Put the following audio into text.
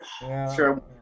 Sure